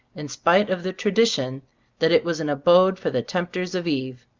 in spite of the tradition that it was an abode for the tempters of eve.